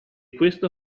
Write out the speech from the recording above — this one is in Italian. questo